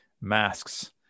masks